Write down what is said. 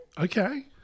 Okay